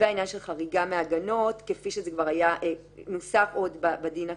זה העניין של חריגה מהגנות כפי שזה כבר נוסח עוד בדין הקיים.